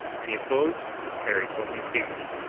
any opposed? carried. alderman stevenson.